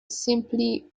simply